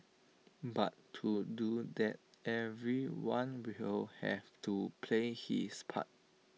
but to do that everyone will have to play his part